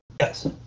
Yes